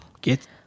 get